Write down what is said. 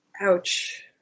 Ouch